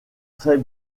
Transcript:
très